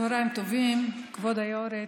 צוהריים טובים, כבוד היו"רית.